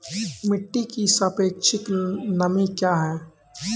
मिटी की सापेक्षिक नमी कया हैं?